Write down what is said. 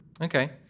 okay